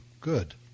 Good